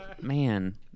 Man